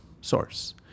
source